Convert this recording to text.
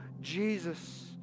Jesus